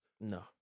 No